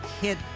hit